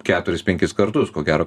keturis penkis kartus ko gero